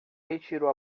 retirou